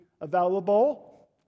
available